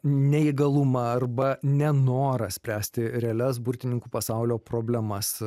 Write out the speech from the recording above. neįgalumą arba nenorą spręsti realias burtininkų pasaulio problemas